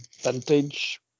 vintage